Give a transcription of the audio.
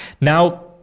Now